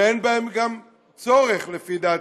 וגם אין בהם צורך לפי דעתי.